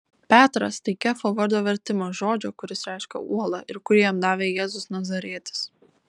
petras tai kefo vardo vertimas žodžio kuris reiškia uolą ir kurį jam davė jėzus nazarietis